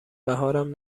بهارم